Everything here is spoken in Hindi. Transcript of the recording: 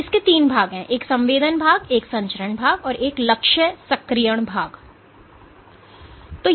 इस के तीन भाग हैं एक संवेदन भाग है एक संचरण भाग है और लक्ष्य सक्रियण भाग है